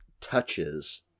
touches